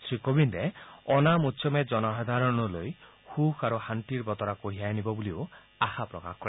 শ্ৰীকোবিন্দে অ'নাম উৎসৱে জনসাধাৰণলৈ সুখ আৰু শান্তিৰ বতৰা কঢ়িয়াই আনিব বুলি আশা প্ৰকাশ কৰে